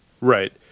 Right